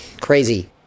crazy